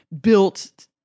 built